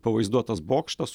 pavaizduotas bokštas